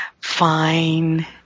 Fine